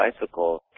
bicycle